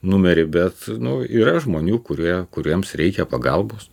numerį bet nu yra žmonių kurie kuriems reikia pagalbos